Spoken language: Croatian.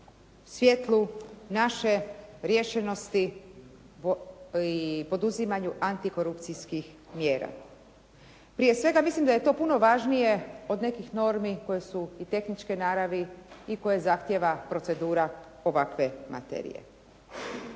svijetlu naše riješenosti i poduzimanju antikorupcijskih mjera. Prije svega mislim da je to puno važnije od nekih normi koje su i tehničke naravi i koje zahtijeva procedura ovakve materije.